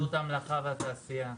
התאחדות המלאכה והתעשייה.